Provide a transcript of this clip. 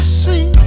see